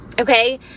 Okay